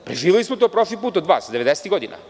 Preživeli smo to prošli put od vas, devedesetih godina.